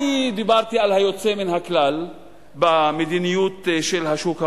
על מה אני דיברתי בעניין היוצא מן הכלל במדיניות של השוק החופשי?